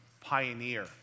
pioneer